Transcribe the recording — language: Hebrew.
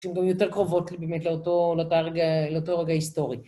שהן גם יותר קרובות באמת לאותו הרגע היסטורי.